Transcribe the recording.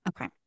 Okay